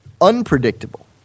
unpredictable